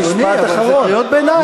זה קריאות ביניים.